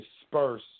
disperse